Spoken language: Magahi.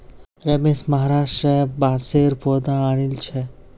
रमेश महाराष्ट्र स बांसेर पौधा आनिल छ